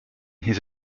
his